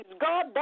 God